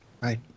Right